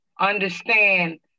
understand